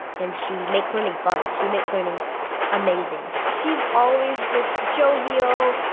and she makes learning fun. she makes learning amazing! she's always just jovial,